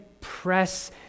press